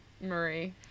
Marie